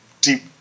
deep